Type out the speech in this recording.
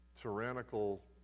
tyrannical